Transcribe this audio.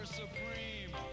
supreme